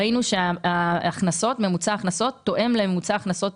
ראינו שממוצע ההכנסות תואם להכנסות